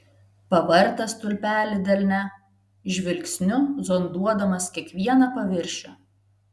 pavartė stulpelį delne žvilgsniu zonduodamas kiekvieną paviršių